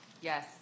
Yes